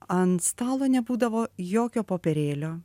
ant stalo nebūdavo jokio popierėlio